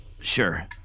Sure